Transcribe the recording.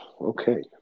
Okay